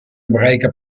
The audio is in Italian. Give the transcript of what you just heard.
ebraica